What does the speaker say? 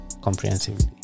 comprehensively